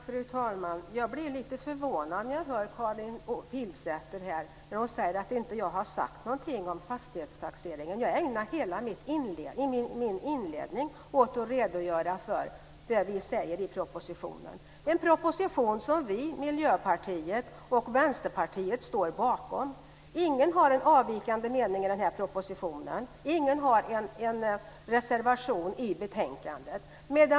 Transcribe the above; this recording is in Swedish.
Fru talman! Jag blir lite förvånad när jag hör Karin Pilsäter. Hon säger att jag inte har sagt någonting om fastighetstaxeringen. Jag ägnade hela min inledning åt att redogöra för det som sägs i propositionen, en proposition som vi, Miljöpartiet och Vänsterpartiet står bakom. Ingen har en avvikande mening om förslagen i propositionen. Ingen har avgett någon reservation till betänkandet.